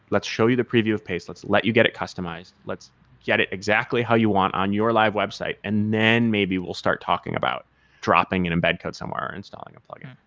let's show you the preview of pace. let's let you get it customized. let's get it exactly how you want on your live website, and then maybe we'll start talking about dropping an embed code somewhere or installing a plug-in.